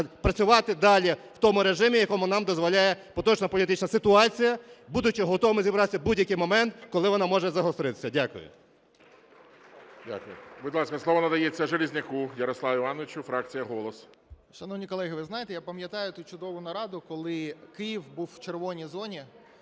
працювати далі в тому режимі, в якому нам дозволяє поточна політична ситуація, будучи готовими зібратися в будь-який момент, коли вона може загостритися. Дякую. ГОЛОВУЮЧИЙ. Дякую. Будь ласка, слово надається Железняку Ярославу Івановичу, фракція "Голос". 13:02:09 ЖЕЛЕЗНЯК Я.І. Шановні колеги, ви знаєте, я пам'ятаю чудово ту нараду, коли Київ був в "червоній" зоні